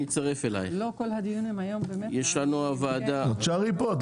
תישארי כאן.